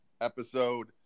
episode